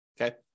Okay